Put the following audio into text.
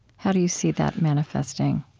how do you see that manifesting?